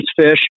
fish